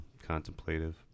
contemplative